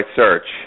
search